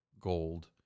gold